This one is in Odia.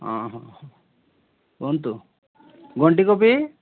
ହଁ ହଁ ହଁ କୁହନ୍ତୁ ଗଣ୍ଠି କୋବି